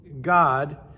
God